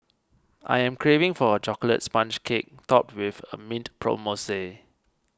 I am craving for a Chocolate Sponge Cake Topped with mint mousse